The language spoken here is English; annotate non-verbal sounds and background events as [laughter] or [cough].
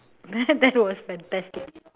[laughs] that was fantastic